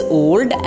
old